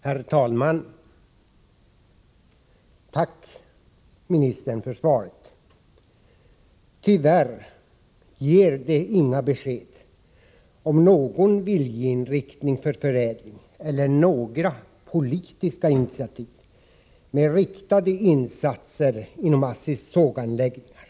Herr talman! Tack, ministern, för svaret! Tyvärr ger det inga besked om någon viljeinriktning för förädling eller några politiska initiativ till riktade insatser inom ASSI:s såganläggningar.